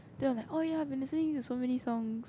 then I'm like oh ya I've been listening to so many songs